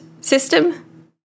system